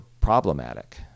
problematic